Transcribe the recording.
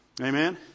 Amen